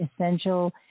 essential